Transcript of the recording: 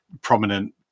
prominent